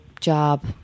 job